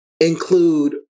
include